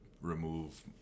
remove